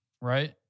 right